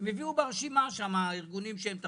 אם אלה פראמדיקים עושים רענונים שנתיים ב-ACLS,